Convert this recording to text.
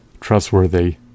trustworthy